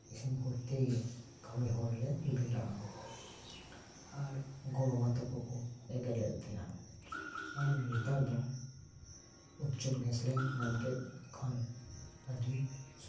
ᱤᱥᱤᱱ ᱠᱚᱨᱛᱮᱭ ᱠᱟᱹᱢᱤ ᱦᱚᱲᱞᱮ ᱵᱮᱞᱟᱜᱼᱟ ᱟᱨ ᱜᱚ ᱵᱟᱵᱟ ᱛᱟᱠᱩ ᱮᱜᱮᱨᱮᱫ ᱞᱮ ᱛᱟᱦᱮᱸᱜᱼᱟ ᱟᱨ ᱱᱮᱛᱟᱨ ᱫᱚ ᱩᱡᱡᱚᱞ ᱜᱮᱥᱞᱮ ᱧᱟᱢᱠᱮᱫ ᱠᱷᱟᱱ ᱟᱹᱰᱤ